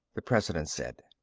the president said.